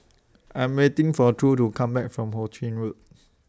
I Am waiting For True to Come Back from Ho Ching Road